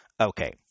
Okay